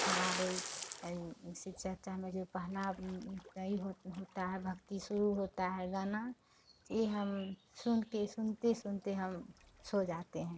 हमारे शिव चर्च में जो पहला होता है भक्ति शुरू होता है गाना तो ये हम सुनके सुनते सुनते हम सो जाते हैं